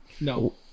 No